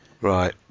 Right